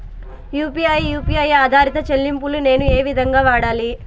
UPI U P I ఆధారిత చెల్లింపులు నేను ఏ విధంగా వాడాలి?